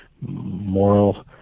moral